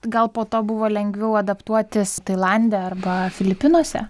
gal po to buvo lengviau adaptuotis tailande arba filipinuose